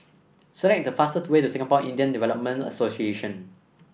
select the fastest way to Singapore Indian Development Association